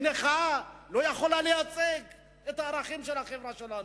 היא נכה, לא יכולה לייצג את הערכים של החברה שלנו.